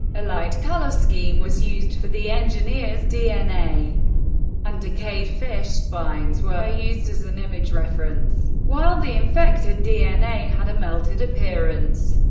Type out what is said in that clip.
a light color scheme was used for the engineer's dna and decayed fish spines were used as an image reference, while the infected dna had a melted appearance.